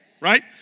right